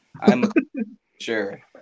I'm—sure